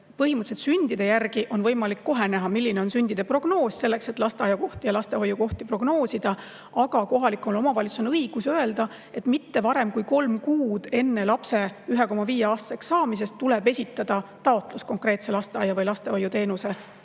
Põhimõtteliselt sündide järgi on võimalik kohe näha, milline on sündide prognoos, selleks et lasteaiakohti ja lastehoiukohti prognoosida. Aga kohalikul omavalitsusel on õigus öelda, et mitte varem kui kolm kuud enne lapse poolteiseaastaseks saamist tuleb esitada taotlus konkreetse lasteaia‑ või lastehoiuteenuse kohta.